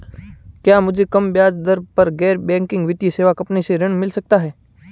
क्या मुझे कम ब्याज दर पर गैर बैंकिंग वित्तीय सेवा कंपनी से गृह ऋण मिल सकता है?